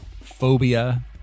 phobia